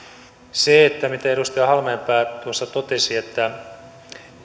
siihen mitä edustaja halmeenpää tuossa totesi että